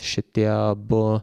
šitie abu